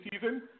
season